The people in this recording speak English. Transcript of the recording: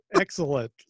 Excellent